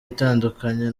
itandukanye